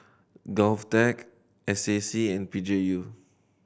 GovTech S A C and P G U